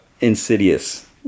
insidious